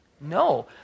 No